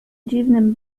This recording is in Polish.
dziwnym